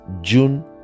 june